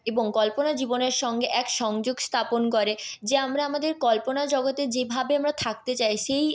এবং কল্পনা জীবনের সঙ্গে এক সংযোগ স্থাপন করে যা আমরা আমাদের কল্পনা জগতে যেভাবে আমরা থাকতে চাই সেই